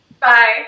bye